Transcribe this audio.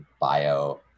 bio